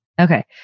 Okay